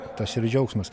tas ir džiaugsmas